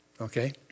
Okay